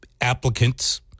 applicants